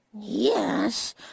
Yes